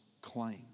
claim